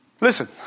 Listen